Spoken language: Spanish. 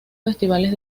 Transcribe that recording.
festivales